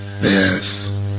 Yes